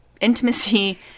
intimacy